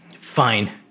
Fine